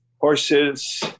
horses